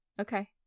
Okay